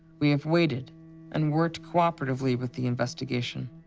we have waited and worked cooperatively with the investigation.